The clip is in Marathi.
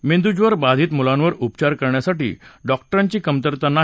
मेंदूज्वर बाधीत मुलांवर उपचार करण्यासाठी डॉक्टरांची कमतरता नाही